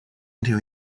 into